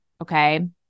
okay